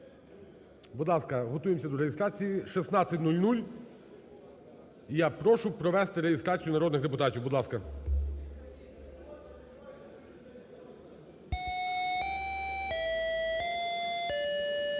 Будь ласка, готуємося до реєстрації. 16.00, і я прошу провести реєстрацію народних депутатів. Будь ласка.